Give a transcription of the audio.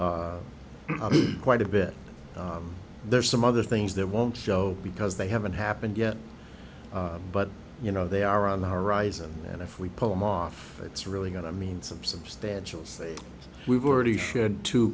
quite a bit there's some other things that won't show because they haven't happened yet but you know they are on the horizon and if we pull them off it's really got i mean some substantial say we've already shared t